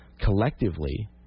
collectively